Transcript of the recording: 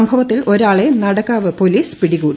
സംഭവത്തിൽ ഒരാളെ നടക്കാവ് പോലീസ് പിടികൂടി